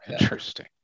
interesting